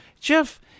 Jeff